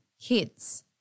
kids